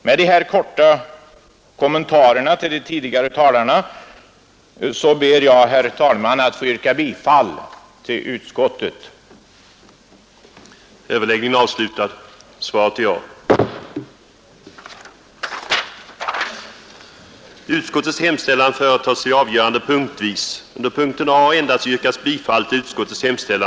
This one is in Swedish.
Med dessa korta kommentarer till de tidigare talarnas inlägg ber jag, herr talman, att få yrka bifall till utskottets hemställan.